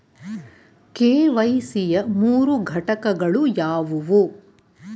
KYC ಯ ಮೂರು ಘಟಕಗಳು ಯಾವುವು?